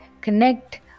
connect